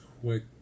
quick